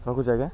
ରଖୁଛି ଅଜ୍ଞା